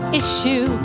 issue